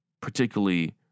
particularly